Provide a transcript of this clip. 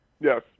Yes